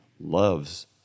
loves